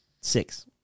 Six